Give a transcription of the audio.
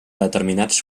determinats